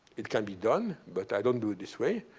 it can be done, but i don't do it this way.